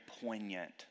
poignant